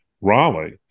Raleigh